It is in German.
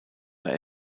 war